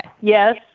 Yes